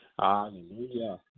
Hallelujah